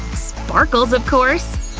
sparkles, of course!